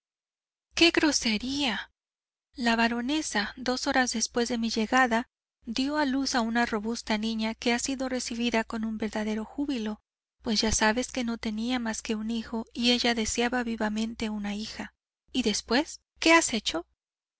qué grosería la baronesa dos horas después de mi llegada dio a luz una robusta niña que ha sido recibida con verdadero júbilo pues ya sabes que no tenía más que un hijo y ella deseaba vivamente una hija y después qué has hecho